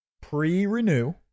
Pre-renew